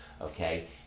Okay